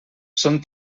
són